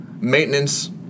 maintenance